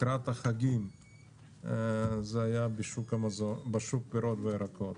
לקראת החגים, זה היה בשוק הפירות והירקות.